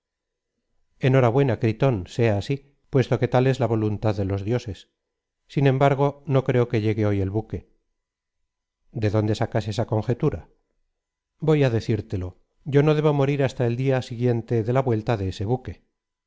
enhorabuena gritón seaasf puesto que tal es la voluntad de los dioses sin embargo no creo que llegue hoy el buque de dónde sacas esa conjetura sócrates voy á decírtelo yo no debo morir hasta el día siguiente de la vuelta de ese buque